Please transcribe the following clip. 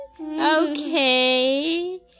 Okay